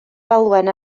falwen